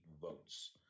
votes